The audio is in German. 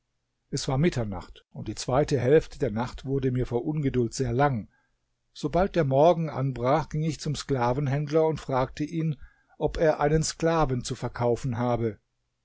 es war mitternacht und die zweite hälfte der nacht wurde mir vor ungeduld sehr lang sobald der morgen anbrach ging ich zum sklavenhändler und fragte ihn ob er einen sklaven zu verkaufen habe